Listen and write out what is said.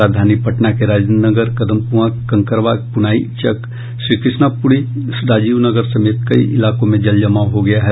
राजधानी पटना के राजेंद्र नगर कदमकुआं कंकड़बाग पुनाईचक श्रीकृष्णापुरी राजीवनगर समेत कई इलाकों में जलजमाव हो गया है